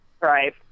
Right